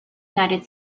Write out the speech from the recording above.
united